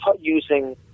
Using